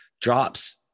drops